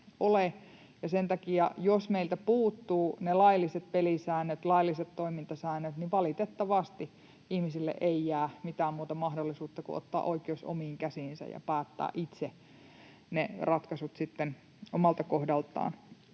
sen takia, jos meiltä puuttuvat ne lailliset pelisäännöt, lailliset toimintasäännöt, niin valitettavasti ihmisille ei jää mitään muuta mahdollisuutta kuin ottaa oikeus omiin käsiinsä ja päättää itse ne ratkaisut omalta kohdaltaan,